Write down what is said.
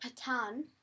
patan